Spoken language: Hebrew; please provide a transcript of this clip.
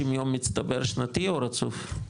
60 יום מצטבר שנתי, או רצוף?